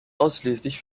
ausschließlich